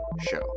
show